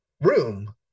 room